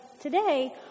Today